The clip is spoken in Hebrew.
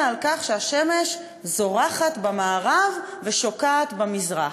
על כך שהשמש זורחת במערב ושוקעת במזרח,